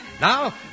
Now